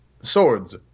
swords